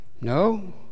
No